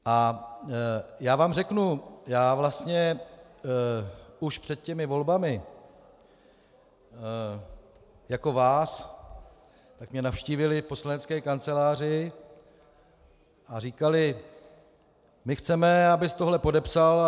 A řeknu vám, vlastně už před těmi volbami, jako vás, tak mě navštívili v poslanecké kanceláři a říkali: My chceme, abys tohle podepsal.